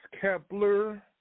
Kepler